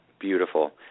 Beautiful